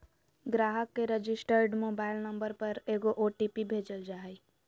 ग्राहक के registered mobile number पर एगो ओ.टी.पी भेजल जा हइ